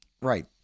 Right